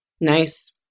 Nice